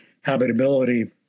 habitability